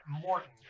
Morton